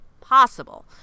possible